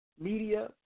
Media